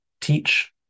teach